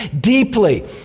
deeply